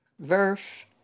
verse